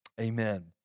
Amen